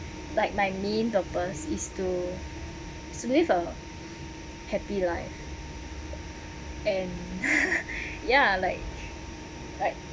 like my main purpose is to is to live a happy life and ya like like